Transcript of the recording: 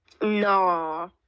no